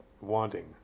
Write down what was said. wanting